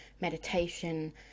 meditation